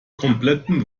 kompletten